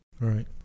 right